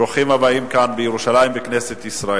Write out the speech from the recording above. ברוכים הבאים, כאן בירושלים ובכנסת ישראל.